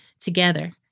together